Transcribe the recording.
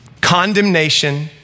Condemnation